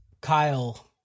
Kyle